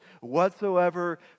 whatsoever